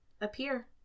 appear